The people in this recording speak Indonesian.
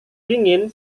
dingin